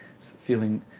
feeling